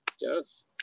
yes